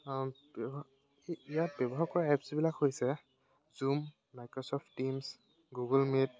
ইয়াত ব্যৱহাৰ কৰা এপছবিলাক হৈছে Zoom Microsoft Teams Google meat